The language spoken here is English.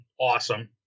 awesome